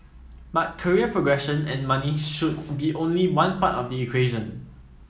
but career progression and money should be only one part of the equation